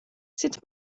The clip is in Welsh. sut